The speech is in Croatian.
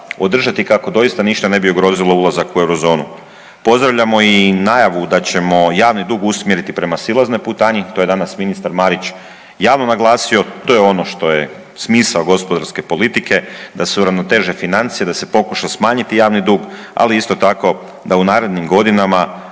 održati, kako doista ništa ne bi ugrozilo ulazak u euro zonu. Pozdravljamo i najavu da ćemo javni dug usmjeriti prema silaznoj putanji, to je danas ministar Marić javno naglasio, to je ono što je smisao gospodarske politike, da se uravnoteže financije, da se pokuša smanjiti javni dug, ali isto tako da u narednim godinama